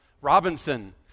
Robinson